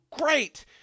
great